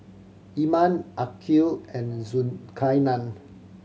Iman Aqil and Zulkarnain